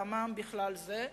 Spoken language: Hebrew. והמע"מ בכלל זה.